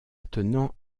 attenant